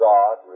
God